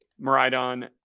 Maridon